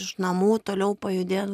iš namų toliau pajudėt